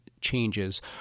changes